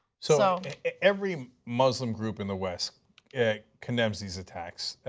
so every muslim group in the west condemns these attacks.